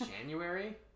January